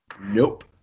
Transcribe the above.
Nope